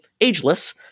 ageless